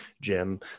Jim